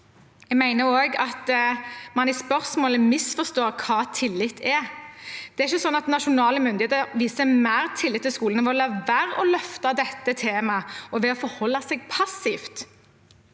Jeg mener også at man i spørsmålet misforstår hva tillit er. Det er ikke slik at nasjonale myndigheter viser mer tillit til skolen ved å la være å løfte dette temaet og ved å forholde seg passiv.